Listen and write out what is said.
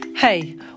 Hey